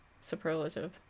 superlative